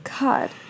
God